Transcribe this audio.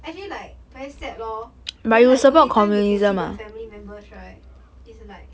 actually like very sad lor then like the only time they can see their family members right is like